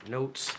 Notes